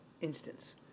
instance